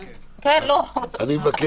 אני מבקש,